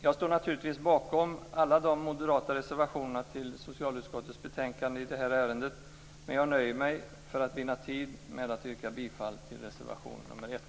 Jag står naturligtvis bakom alla de moderata reservationerna fogade till socialutskottets betänkande, men jag nöjer mig för att vinna tid med att yrka bifall till reservation nr 1.